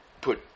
put